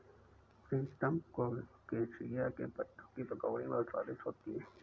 प्रीतम colocasia के पत्तों की पकौड़ी बहुत स्वादिष्ट होती है